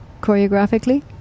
choreographically